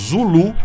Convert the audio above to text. Zulu